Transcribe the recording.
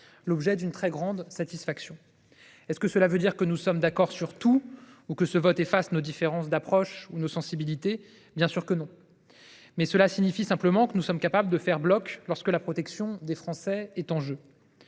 l’objet d’une très grande satisfaction. Cela veut il dire que nous sommes d’accord sur tout, ou que ce vote efface nos différences d’approche ou nos sensibilités ? Bien sûr que non. Cela signifie simplement que nous sommes capables de faire bloc lorsque la protection des Français est en jeu.